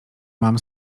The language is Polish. mam